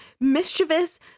mischievous